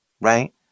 right